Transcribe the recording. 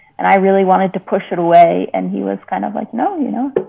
and i really wanted to push it away and he was kind of like, no, you know,